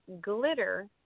glitter